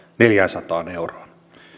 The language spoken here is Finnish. neljäänsataan euroon